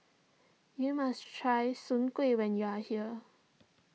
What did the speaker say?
you must try Soon Kueh when you are here